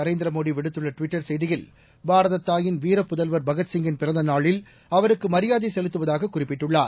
நரேந்திர மோடி விடுத்துள்ள ட்விட்டர் செய்தியில் பாரதத் தாயின் வீரப்புதல்வர் பகத்சிங்கின் பிறந்த நாளில் அவருக்கு மரியாதை செலுத்துவதாக குறிட்பிட்டுள்ளார்